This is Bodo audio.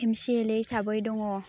एम सि एल ए हिसाबै दङ